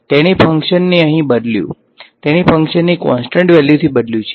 તેણે ફંક્શનને અહીં બદલ્યું તેણે ફંક્શનને કોંસ્ટંટ વેલ્યુથી બદલ્યું છે